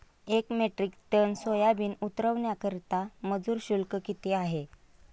एक metric ton soybean उतरवण्याकरता मजूर शुल्क किती आहे?